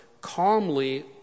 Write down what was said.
calmly